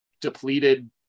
depleted